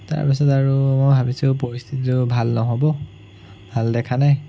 তাৰপিছত আৰু মই ভাবিছোঁ পৰিস্থিতিটো ভাল নহ'ব ভাল দেখা নাই